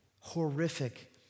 horrific